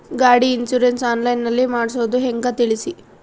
ಗಾಡಿ insurance online ನಲ್ಲಿ ಮಾಡ್ಸೋದು ಹೆಂಗ ತಿಳಿಸಿ?